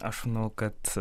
aš manau kad